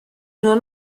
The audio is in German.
nur